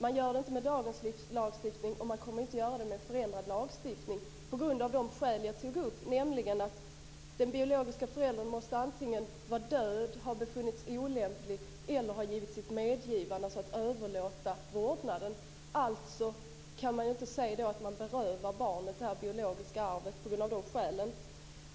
Det gör man inte med dagens lagstiftning, och man kommer inte att göra det med en förändrad lagstiftning. Jag tog upp skälen till det, nämligen att den biologiska föräldern antingen måste vara död, ha befunnits olämplig eller ha givit sitt medgivande till att överlåta vårdnaden. Därför går det inte att säga att man berövar barnet det biologiska arvet.